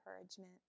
encouragement